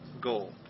goal